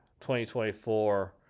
2024